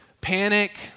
panic